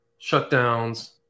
shutdowns